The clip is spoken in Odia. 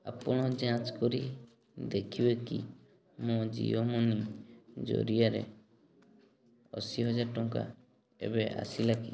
ଆପଣ ଯାଞ୍ଚ କରି ଦେଖିବେକି ମୋ ଜିଓ ମନି ଜରିଆରେ ଅଶୀହଜାର ଟଙ୍କା ଏବେ ଆସିଲା କି